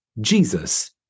Jesus